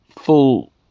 full